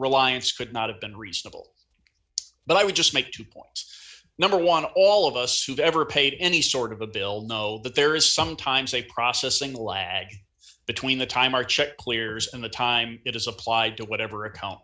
reliance could not have been reasonable but i would just make two points number one all of us who've ever paid any sort of a bill know that there is sometimes a processing lag between the time our check clears and the time it is applied to whatever account